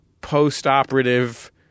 post-operative